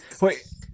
Wait